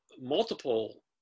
multiple